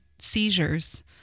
seizures